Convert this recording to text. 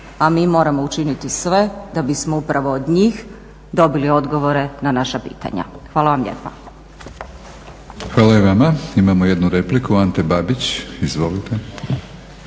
A mi moramo učiniti sve da bismo upravo od njih dobili odgovore na naša pitanja. Hvala vam lijepa. **Batinić, Milorad (HNS)** Hvala i vama. Imamo jednu repliku, Ante Babić. Izvolite.